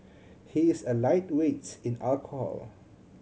he is a lightweight in alcohol